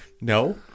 No